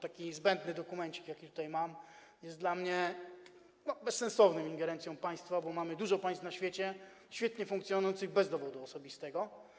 Taki zbędny dokumencik, jaki tutaj mam, jest dla mnie bezsensowną ingerencją państwa, bo mamy dużo państw na świecie świetnie funkcjonujących bez dowodu osobistego.